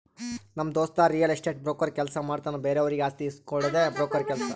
ನಮ್ ದೋಸ್ತ real estate broker ಕೆಲ್ಸ ಮಾಡ್ತಾನ್ ಬೇರೆವರಿಗ್ ಆಸ್ತಿ ಇಸ್ಕೊಡ್ಡದೆ ಬ್ರೋಕರ್ ಕೆಲ್ಸ